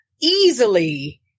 easily